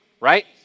right